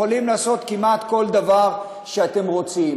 יכולים לעשות כמעט כל דבר שאתם רוצים.